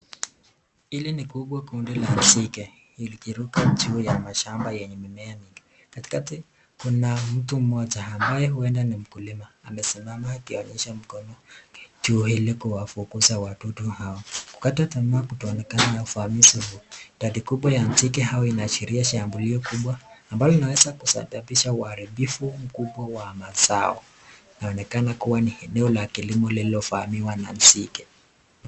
Hili ni kubwa kundi la nzige. Limeruka juu ya mashamba yenye mimea mingi. Katikati kuna mtu mmoja huenda ambaye ni mkulima amesimama akionyesha mkono wake juu ili kuwafukuza wadudu hawa. Kukata tamaa kuonekana na uvamizi huu. Idadi kubwa ya nzige hawa inaashiria shambulio kubwa ambalo linaweza kusababisha uharibifu mkubwa wa mazao. Inaonekana kua ni eneo kubwa lililo vamiwa na nzige.